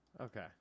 Okay